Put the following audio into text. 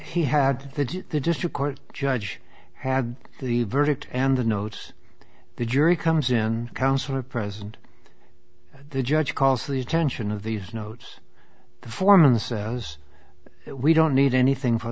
he had the district court judge had the verdict and the notes the jury comes in counsel are present the judge calls the attention of these notes the foreman says we don't need anything for